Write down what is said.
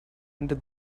into